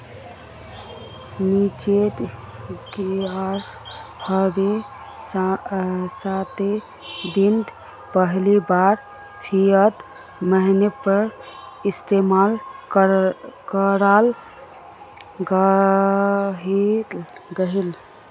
चिनोत ग्यारहवीं शाताब्दित पहली बार फ़िएट मोनेय्र इस्तेमाल कराल गहिल